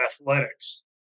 athletics